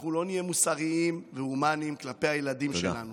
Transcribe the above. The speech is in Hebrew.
אנחנו לא נהיה מוסריים והומניים כלפי הילדים שלנו,